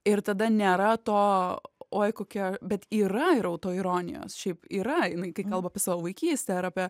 ir tada nėra to oi kokia bet yra ir autoironijos šiaip yra jinai kalba apie savo vaikystę ar apie